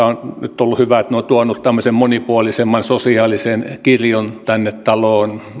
on ollut hyvä että perussuomalaiset ovat tuoneet tämmöisen monipuolisemman sosiaalisen kirjon tänne taloon